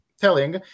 telling